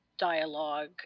dialogue